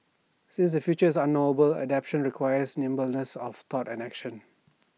since the future is unknowable adaptation requires nimbleness of thought and action